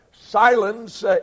Silence